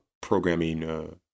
programming